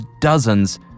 dozens